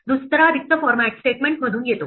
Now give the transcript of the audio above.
दुसरा रिक्त फॉरमॅट स्टेटमेंटमधून येतो